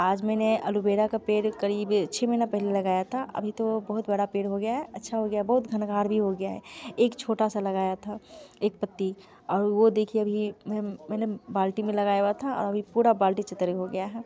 आज मैंने aloe vera का पेड़ क़रीब छः महीने पहले लगाया था अभी तो बहुत बड़ा पेड़ हो गया है अच्छा हो गया है बहुत घनघार भी हो गया है एक छोटा सा लगाया था एक पत्ती और वो देखिए अभी मैंने बाल्टी में लगाया हुआ था अभी पूरा बाल्टी हो गया है